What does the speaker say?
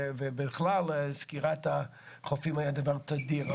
ובכלל סגירת החופים היה דבר תדיר.